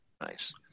Nice